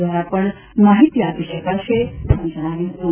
દ્વારા પણ માહિતી આપી શકશે એમ જણાવ્યું હતું